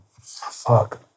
Fuck